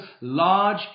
large